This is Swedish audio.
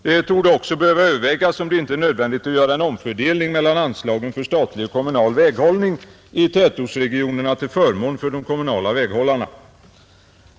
Det torde också behöva övervägas om det inte är nödvändigt att göra en omfördelning mellan anslagen för statlig och kommunal väghållning i tätortsregionerna till förmån för de kommunala väghållarna.